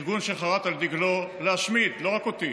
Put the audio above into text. ארגון שחרת על דגלו להשמיד, לא רק אותי,